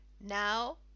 now